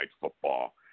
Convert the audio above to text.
football